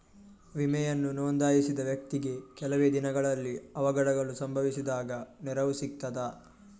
ವಿಮೆಯನ್ನು ನೋಂದಾಯಿಸಿದ ವ್ಯಕ್ತಿಗೆ ಕೆಲವೆ ದಿನಗಳಲ್ಲಿ ಅವಘಡಗಳು ಸಂಭವಿಸಿದಾಗ ನೆರವು ಸಿಗ್ತದ?